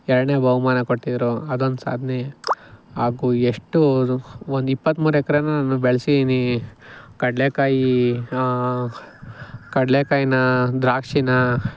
ಎರಡನೇ ಬಹುಮಾನ ಕೊಟ್ಟಿದ್ರು ಅದೊಂದು ಸಾಧ್ನೆ ಹಾಗೂ ಎಷ್ಟು ಒಂದು ಇಪ್ಪತ್ತ್ಮೂರು ಎಕರೆನ ನಾನು ಬೆಳ್ಸಿದೀನಿ ಕಡಲೇಕಾಯಿ ಕಡಲೇಕಾಯಿನ ದ್ರಾಕ್ಷಿನ